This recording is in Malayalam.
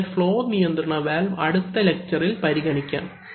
അതിനാൽ ഫ്ളോ നിയന്ത്രണ വാൽവ് അടുത്ത ലെക്ച്ചറിൽ പരിഗണിക്കാം